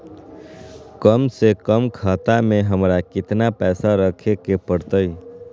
कम से कम खाता में हमरा कितना पैसा रखे के परतई?